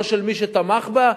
לא של מי שתמך בה.